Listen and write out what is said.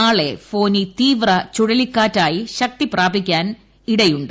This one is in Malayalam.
നാളെ ഫോനി തീവ്ര ചുഴലിക്കാറ്റായി ശക്തി പ്രാപിക്കാൻ ഇടയുണ്ട്